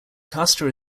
castor